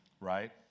Right